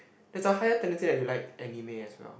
there's higher tendency that you like anime as well